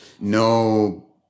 no